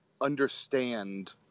understand